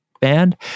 band